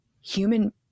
human